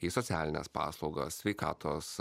į socialines paslaugas sveikatos